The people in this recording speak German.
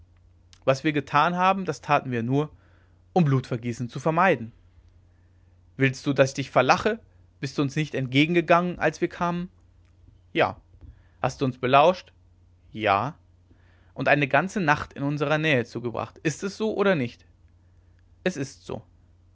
was wir getan haben das taten wir nur um blutvergießen zu vermeiden willst du daß ich dich verlache bist du uns nicht entgegen gegangen als wir kamen ja hast uns belauscht ja und eine ganze nacht in unserer nähe zugebracht ist es so oder nicht es ist so